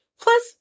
Plus